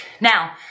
Now